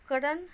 उपकरण